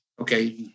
okay